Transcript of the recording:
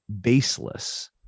baseless